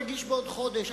תגיש בעוד חודש,